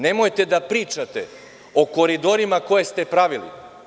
Nemojte da pričate o koridorima koje ste pravili.